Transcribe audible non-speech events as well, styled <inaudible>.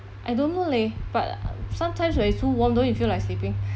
I don't know leh but <noise> sometimes when you feel warm don't you feel like sleeping